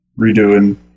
redoing